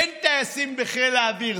אין טייסים בחיל האוויר,